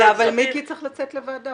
הוא